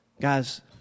Guys